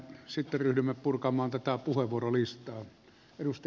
sitten ryhdymme purkamaan puheenvuorolistaa